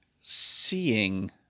seeing